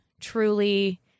Truly